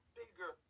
bigger